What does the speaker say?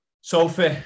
Sophie